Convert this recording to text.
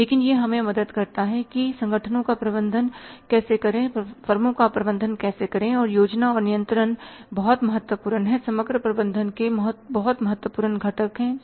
लेकिन यह हमें मदद करता है कि संगठनों का प्रबंधन कैसे करें फर्मों का प्रबंधन कैसे करें और योजना और नियंत्रण बहुत महत्वपूर्ण है समग्र प्रबंधन के बहुत महत्वपूर्ण घटक हैं